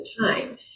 time